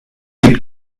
gibt